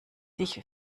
sich